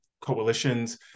coalitions